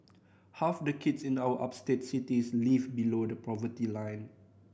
half the kids in our upstate cities live below the poverty line